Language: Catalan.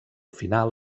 final